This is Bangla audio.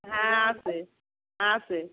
হ্যাঁ আছে আছে